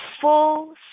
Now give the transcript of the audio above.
full